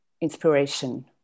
inspiration